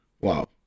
Wow